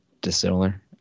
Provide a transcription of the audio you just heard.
dissimilar